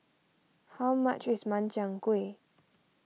how much is Makchang Gui